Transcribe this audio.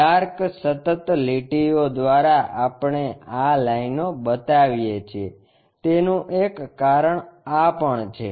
dark સતત લીટીઓ દ્વારા આપણે આં લાઇનો બતાવીએ છીએ તેનું એક કારણ આં પણ છે